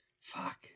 Fuck